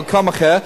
למקום אחר.